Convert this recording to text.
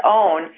own